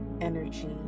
energy